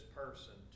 person